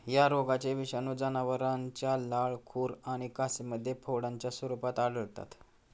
या रोगाचे विषाणू जनावरांच्या लाळ, खुर आणि कासेमध्ये फोडांच्या स्वरूपात आढळतात